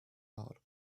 out